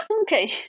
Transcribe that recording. Okay